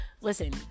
listen